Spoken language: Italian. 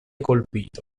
colpito